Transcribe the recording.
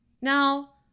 Now